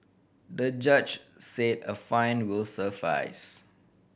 the judge said a fine will suffice